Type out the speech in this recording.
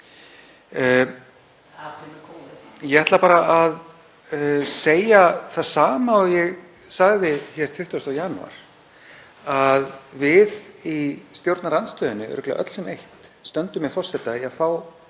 Ég ætla bara að segja það sama og ég sagði 20. janúar, að við í stjórnarandstöðunni, örugglega öll sem eitt, stöndum með forseta í að fá